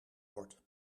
word